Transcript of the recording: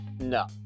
No